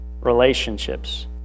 relationships